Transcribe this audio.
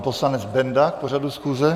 Poslanec Benda k pořadu schůze.